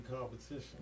competition